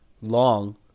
long